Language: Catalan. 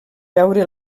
veure